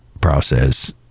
process